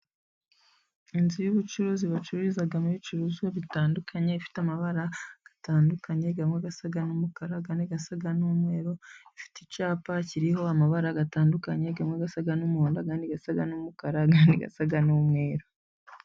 Inzu y'ubucuruzi bacururizamo ibicuruzwa bitandukanye ifite amabara atandukanye amwe asa n'umukara, andi asa n'umweru. Ifite icyapa kiriho amabara atandukanyemo amwe asa n'umuhondo andi asa n'umukara, andi asa n'umweru.